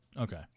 Okay